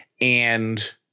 And-